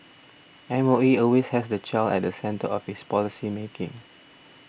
M O E always has the child at the centre of its policy making